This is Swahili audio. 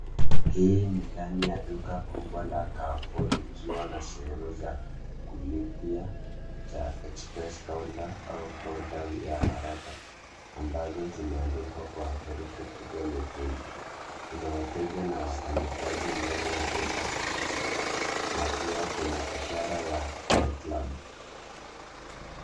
Hii ni ndani ya duka kubwa la Carrefour likiwa na sehemu za kulipia za express counter au kaunta ya haraka ambazo zimeandikwa kwa herufi kubwa nyekundu. Kuna wateja na wafanyakazi ndani ya duka na pia kuna ishara ya my club .